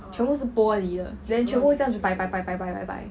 全部是玻璃的 then 全部这样子摆摆摆摆摆